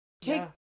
take